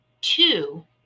two